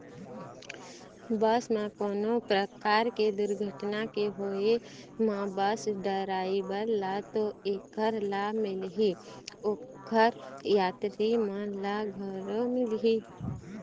बस म कोनो परकार के दुरघटना के होय म बस डराइवर ल तो ऐखर लाभ मिलही, ओखर यातरी मन ल घलो मिलही